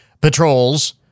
patrols